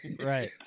Right